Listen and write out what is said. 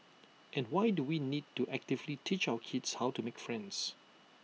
and why do we need to actively teach our kids how to make friends